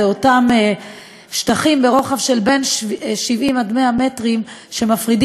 אלה אותם שטחים ברוחב של בין 70 עד 100 מטרים שמפרידים